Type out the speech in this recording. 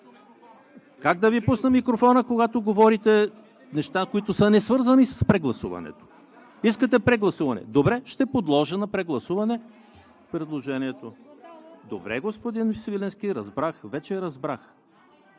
Как да Ви пусна микрофона, когато говорите неща, които са несвързани с прегласуването? Искате прегласуване – добре, ще подложа на прегласуване предложението. Добре, господин Свиленски, разбрах, вече разбрах.